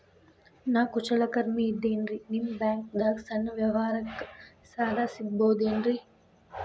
ನಾ ಕುಶಲಕರ್ಮಿ ಇದ್ದೇನ್ರಿ ನಿಮ್ಮ ಬ್ಯಾಂಕ್ ದಾಗ ನನ್ನ ಸಣ್ಣ ವ್ಯವಹಾರಕ್ಕ ಸಾಲ ಸಿಗಬಹುದೇನ್ರಿ?